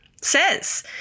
says